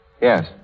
Yes